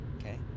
Okay